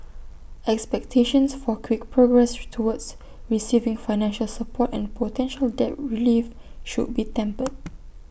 expectations for quick progress towards receiving financial support and potential debt relief should be tempered